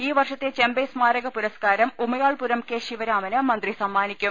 ഈ വർഷത്തെ ചെമ്പൈ സ്മാരക പുരസ്കാരം ഉമയാൾപുരം കെ ശിവരാമന് മന്ത്രി സമ്മാ നിക്കും